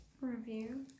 Review